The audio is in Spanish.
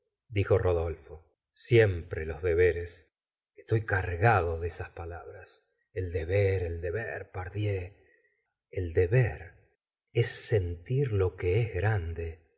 dijo rodolfo siempre los deberes estoy cargado de esas palabras el deber el deber pardiez el deber es sentir lo que es grande